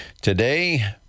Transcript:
Today